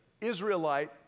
Israelite